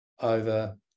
over